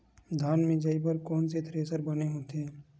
धान मिंजई बर कोन से थ्रेसर बने होथे?